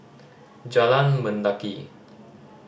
Jalan Mendaki